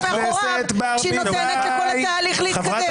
מאחוריו כשהיא נותנת לכל התהליך להתקדם?